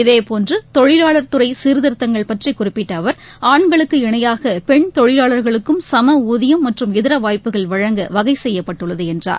இதேபோன்று தொழிலாளர் துறை சீர்திருத்தங்கள் பற்றி குறிப்பிட்ட அவர் ஆண்களுக்கு இணையாக பெண் தொழிவாளர்களுக்கும் சமஊதியம் மற்றும் இதர வாய்ப்புகள் வழங்க வகை செய்யப்பட்டுள்ளது என்றார்